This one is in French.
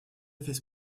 effets